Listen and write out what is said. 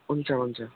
हुन्छ हुन्छ